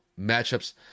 matchups